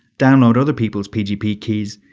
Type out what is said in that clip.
download other people's pgp keys,